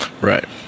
Right